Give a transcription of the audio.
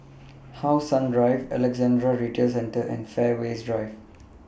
How Sun Drive Alexandra Retail Centre and Fairways Drive